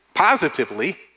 Positively